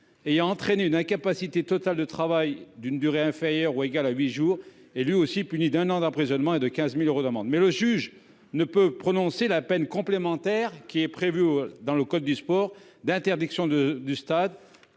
ayant entraîné une incapacité totale de travail d'une durée inférieure ou égale à huit jours et lui aussi puni d'un an d'emprisonnement et de 15.000 euros d'amende. Mais le juge ne peut prononcer la peine complémentaire qui est prévu dans le code du sport d'interdiction de du stade,